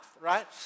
right